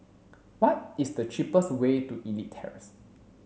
what is the cheapest way to Elite Terrace